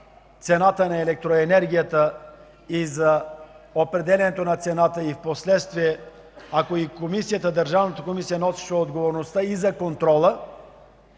цената на електроенергията и за определянето на цената й впоследствие, и Държавната комисия носеше отговорността и за контрола,